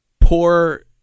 poor